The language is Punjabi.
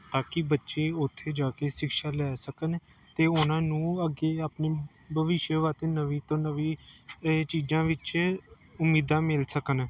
ਤਾਂ ਕਿ ਬੱਚੇ ਉੱਥੇ ਜਾ ਕੇ ਸਿਕਸ਼ਾ ਲੈ ਸਕਣ ਅਤੇ ਉਹਨਾਂ ਨੂੰ ਅੱਗੇ ਆਪਣੇ ਭਵਿਸ਼ ਵਾਸਤੇ ਨਵੀਂ ਤੋਂ ਨਵੀਂ ਇਹ ਚੀਜ਼ਾਂ ਵਿੱਚ ਉਮੀਦਾਂ ਮਿਲ ਸਕਣ